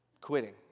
quitting